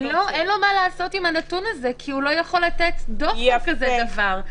אין לו מה לעשות עם הנתון הזה כי הוא לא יכול לתת דוח על כזה דבר,